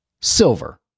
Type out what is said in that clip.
silver